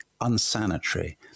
unsanitary